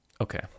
okay